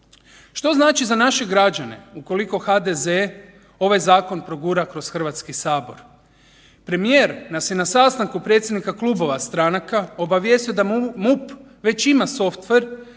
Što znači za naše građane ukoliko HDZ ovaj zakon progura kroz Hrvatski sabor? Premijer nas je na sastanku predsjednika klubova stranaka obavijestio da MUP već ima softver